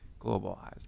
globalized